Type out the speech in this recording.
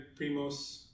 primos